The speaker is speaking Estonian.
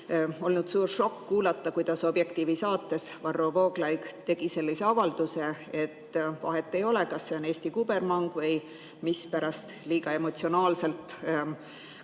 olnud suur šokk kuulata, kuidas "Objektiivi" saates Varro Vooglaid tegi avalduse, et vahet ei ole, kas see on Eesti kubermang või mispärast liiga emotsionaalselt ja